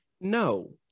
No